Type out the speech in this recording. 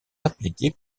appliqués